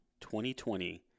2020